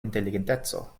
inteligenteco